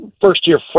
First-year